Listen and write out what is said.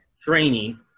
training